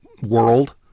world